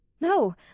no